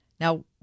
Now